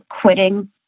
quitting